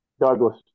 Douglas